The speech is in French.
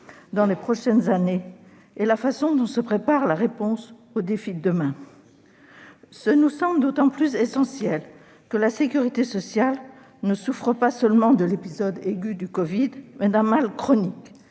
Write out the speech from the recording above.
dans les prochaines années et la façon dont se prépare la réponse aux défis de demain. Cela nous semble d'autant plus essentiel que la sécurité sociale souffre non seulement de l'épisode aigu du covid-19 mais encore d'un mal chronique